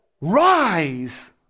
rise